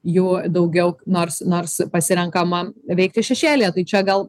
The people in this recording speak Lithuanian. jų daugiau nors nors pasirenkama veikti šešėlyje tai čia gal